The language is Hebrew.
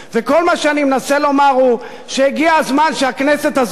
וכל מה שאני מנסה לומר הוא שהגיע הזמן שהכנסת הזאת